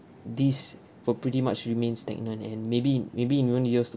this will pretty much remain stagnant and maybe maybe in even years to